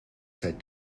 seit